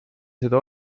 seda